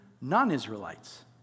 non-Israelites